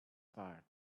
part